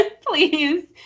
Please